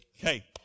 Okay